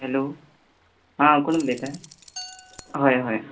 hello आं कोण उलयता हय हय